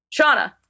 Shauna